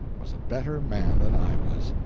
was a better man than i was.